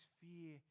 fear